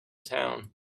town